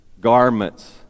garments